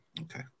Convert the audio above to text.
Okay